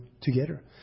together